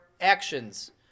actions